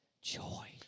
joy